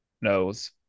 Knows